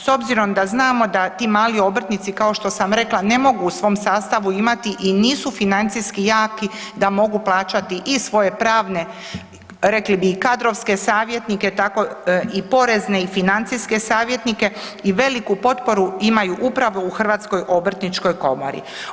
S obzirom da znamo da ti mali obrtnici kao što sam rekla ne mogu u svom sastavu imati i nisu financijski jaki da mogu plaćati i svoje pravne, rekli bi i kadrovske savjetnike, tako i porezne i financijske savjetnike i veliku potporu imaju upravo u HOK-u.